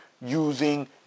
using